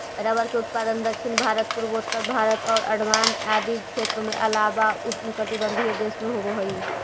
rubber के उत्पादन दक्षिण भारत, पूर्वोत्तर भारत आउ अण्डमान आदि क्षेत्र के अलावा उष्णकटिबंधीय देश में होवऽ हइ